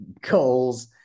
goals